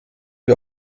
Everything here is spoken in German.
wir